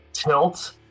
tilt